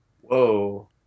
Whoa